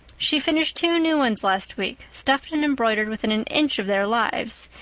she finished two new ones last week, stuffed and embroidered within an inch of their lives.